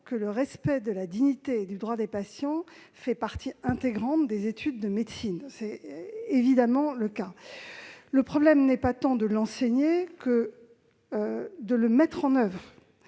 que le respect de la dignité et du droit des patients fait partie intégrante des études de médecine. Le problème n'est pas tant de l'enseigner que de le mettre en oeuvre.